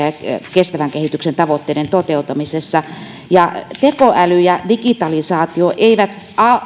kestävän kehityksen tavoitteiden toteutumisessa tekoäly ja digitalisaatio eivät